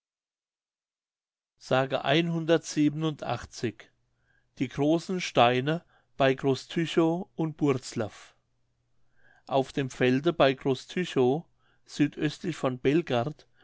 die großen steine bei groß tychow und burzlaff auf dem felde von groß tychow südöstlich von belgardt